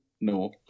no